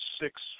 six